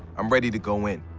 i'm ready to go in.